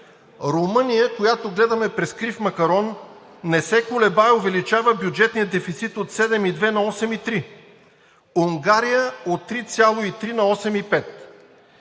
Румъния, която гледаме през крив макарон, не се колебае и увеличава бюджетния дефицит от 7,2 на 8,3. Унгария от 3,3